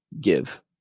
give